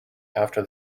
after